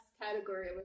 category